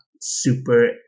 super